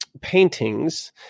paintings